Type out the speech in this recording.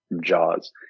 Jaws